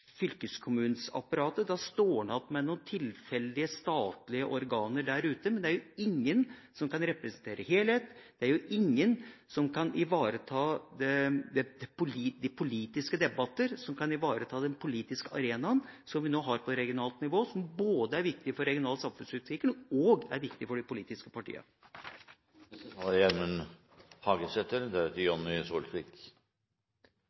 fylkeskommuneapparatet. Da står en igjen med noen tilfeldige statlige organer der ute, men det er jo ingen som kan representere helhet, det er jo ingen som kan ivareta de politiske debatter, som kan ivareta den politiske arenaen som vi nå har på regionalt nivå, som både er viktig for regional samfunnsutvikling og er viktig for de politiske partiene. Først vil eg gi uttrykk for takknemlegheit for at representantar for regjeringspartia les Framstegspartiet sine merknader. Det synest eg er